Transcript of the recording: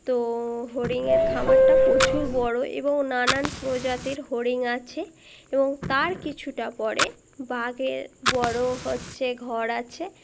তো হরিণের খামারটা প্রচুর বড়ো এবং নানান প্রজাতির হরিণ আছে এবং তার কিছুটা পরে বাঘের বড়ো হচ্ছে ঘর আছে